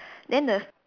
then the